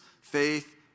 faith